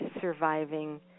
surviving